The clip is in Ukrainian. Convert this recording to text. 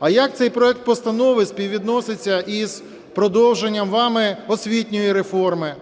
А як цей проект постанови співвідноситься із продовженням вами освітньої реформи?